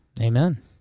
Amen